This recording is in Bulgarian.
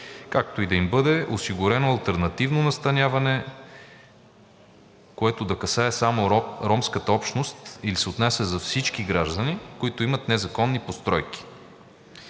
както и да им бъде осигурено алтернативно настаняване, касае само ромската общност или се отнася за всички граждани, които имат незаконни постройки.